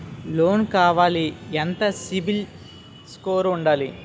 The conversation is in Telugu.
లోన్ కావాలి ఎంత సిబిల్ స్కోర్ ఉండాలి?